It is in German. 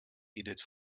edith